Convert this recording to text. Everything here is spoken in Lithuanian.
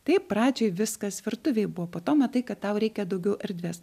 taip pradžioj viskas virtuvėj buvo po to matai kad tau reikia daugiau erdvės